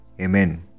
Amen